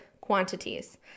quantities